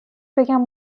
بگم